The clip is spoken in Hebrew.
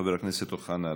חבר הכנסת אוחנה,